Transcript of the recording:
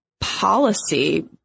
policy